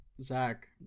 Zach